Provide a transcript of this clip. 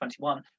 2021